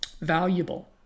valuable